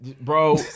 Bro